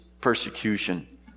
persecution